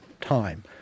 time